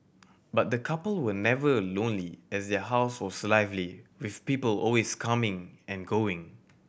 but the couple were never a lonely as their house was lively with people always coming and going